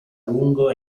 lungo